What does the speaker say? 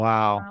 Wow